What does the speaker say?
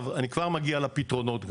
אני כבר מגיע לפתרונות.